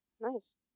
nice